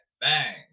Bang